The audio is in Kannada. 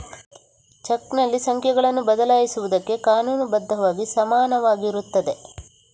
ಚೆಕ್ನಲ್ಲಿ ಸಂಖ್ಯೆಗಳನ್ನು ಬದಲಾಯಿಸುವುದಕ್ಕೆ ಕಾನೂನು ಬದ್ಧವಾಗಿ ಸಮಾನವಾಗಿರುತ್ತದೆ